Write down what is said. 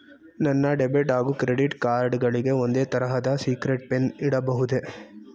ನನ್ನ ಡೆಬಿಟ್ ಹಾಗೂ credit card ಗಳಿಗೆ ಒಂದೇ ತರಹದ ಸೀಕ್ರೇಟ್ ಪಿನ್ ಇಡಬಹುದೇ?